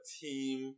team